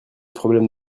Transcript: problèmes